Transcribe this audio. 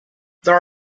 there